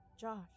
Josh